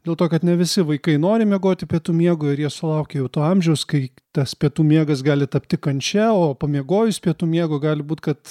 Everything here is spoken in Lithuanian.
dėl to kad ne visi vaikai nori miegoti pietų miego ir jie sulaukia jau to amžiaus kai tas pietų miegas gali tapti kančia o pamiegojus pietų miego gali būt kad